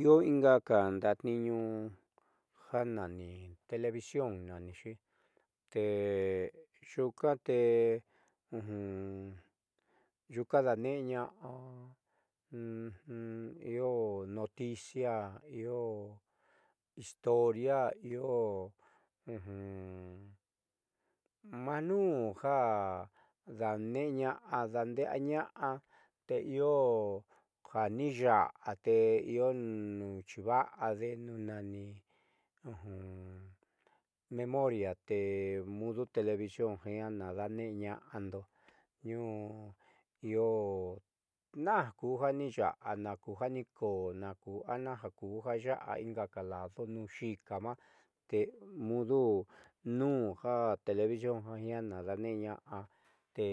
Io ingaka ndaatniiñu ja nani televisión nanixi te yuukate yuuka dadneeñaá io noticia io historia io maa nuunja daaneeña'a daande'eaña'a te io ja niiya'a te io nuun tiiva'ade nuun nani memoria te mudu televisión jiaa daaneeña'ando tniuu io najkuu niiya'a nakujanikoó naajku jaya'a inga lado nuuxiika nuaá te mudu nuun televisión jiaa daaneeñaá te